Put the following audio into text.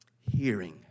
Hearing